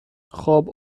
خواب